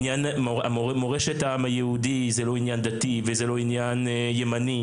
עניין מורשת העם היהודי זה לא עניין דתי וזה לא עניין ימני,